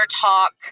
talk